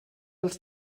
els